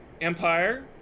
Empire